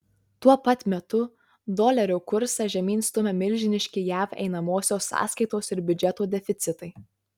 tuo pat metu dolerio kursą žemyn stumia milžiniški jav einamosios sąskaitos ir biudžeto deficitai